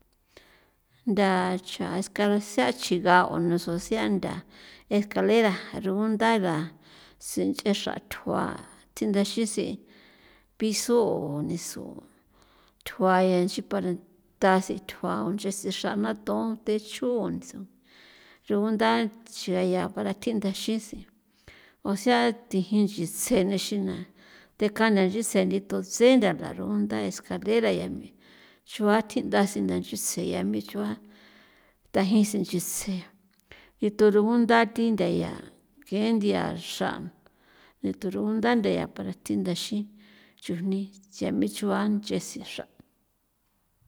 Ntha cha scaresa' chigaꞌa osea ntha escalera rugundara sinchexra thjuaꞌa thindaxisi piso o niso thjua ya nchi para tasi thjua ese xra na thon thi chun rugunda chia ya para tindaxin sen o sea thijin nchitse thi nexina tekana nchitsje tendito tse ntha tajarugunda escalera yami a chua thinda sen nda nchusen yami chua tajin sen nchise nditu rugunda thi ntha ya ke nthia xra turugunda ntha ya para thi ndaxin chujni ya mi chua nch'e si'xra